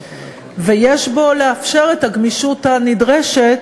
ויש בו כדי לאפשר את הגמישות הנדרשת